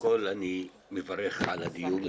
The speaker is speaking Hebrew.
קודם כל אני מברך על הדיון,